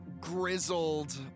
grizzled